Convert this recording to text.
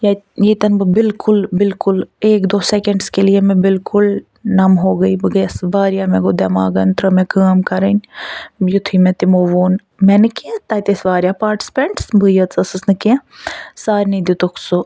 یَتیٚن بہٕ بلکل بلکل ایک دو سیٚکَنٛڈٕس کے لیے میں بلکل نَم ہوگیی بہٕ گٔیَس واریاہ مےٚ گوٚو دیٚماغَن ترٛٲو مےٚ کٲم کَرٕنۍ یُتھٕے مےٚ تِمو ووٚن مےٚ نہٕ کیٚنٛہہ تَتہِ ٲسۍ واریاہ پاٹِسِپیٚنٹٕس بٕے یٲژ ٲسٕس نہٕ کیٚنٛہہ سارنٕے دیٛتُکھ سُہ